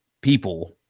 people